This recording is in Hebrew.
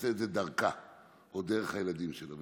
נעשה את זה דרכה או דרך הילדים שלו.